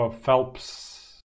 phelps